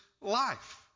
life